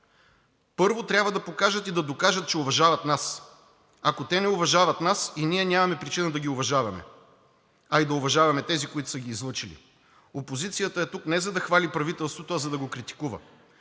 първо трябва да покажат и да докажат, че уважават нас. Ако те не уважават нас, и ние нямаме причина да ги уважаваме, а и да уважаваме тези, които са ги излъчили. Опозицията е тук не за да хвали правителството, а за да го критикува.